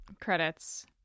Credits